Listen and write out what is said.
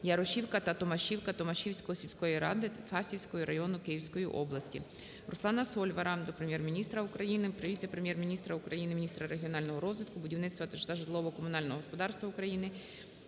Ярошівка та Томашівка Томашівської сільської ради Фастівського району Київської області. РусланаСольвара до Прем'єр-міністра України, віце-прем'єр-міністра України - міністра регіонального розвитку, будівництва та житлово-комунального господарства України,